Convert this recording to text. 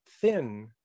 thin